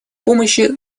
помощи